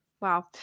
Wow